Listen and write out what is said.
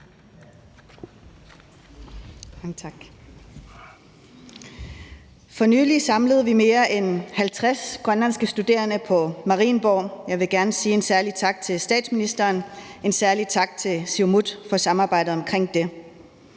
For nylig samlede vi mere end 50 grønlandske studerende på Marienborg – jeg vil gerne sige en særlig tak til statsministeren og en særlig tak til Siumut for samarbejdet omkring det